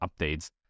updates